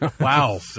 Wow